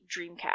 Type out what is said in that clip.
dreamcast